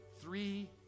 Three